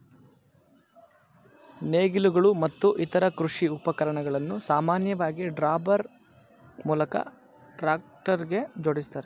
ನೇಗಿಲುಗಳು ಮತ್ತು ಇತರ ಕೃಷಿ ಉಪಕರಣಗಳನ್ನು ಸಾಮಾನ್ಯವಾಗಿ ಡ್ರಾಬಾರ್ ಮೂಲಕ ಟ್ರಾಕ್ಟರ್ಗೆ ಜೋಡಿಸ್ತಾರೆ